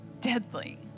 deadly